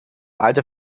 alte